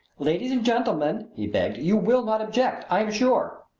ladies and gentlemen, he begged, you will not object, i am sure.